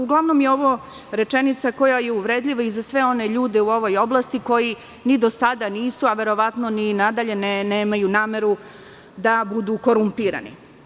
Uglavnom, ovo je rečenica koja je uvredljiva i za sve one ljude u ovoj oblasti koji ni do sada nisu, a verovatno ni nadalje nemaju nameru da budu korumpirani.